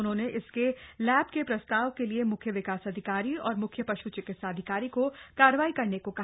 उन्होंने इसके लैब के प्रस्ताव के लिए मुख्य विकास अधिकारी और मुख्य पश् चिकित्साधिकारी को कार्रवाई करने को कहा